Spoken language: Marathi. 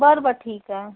बरं बरं ठीक आहे